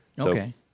Okay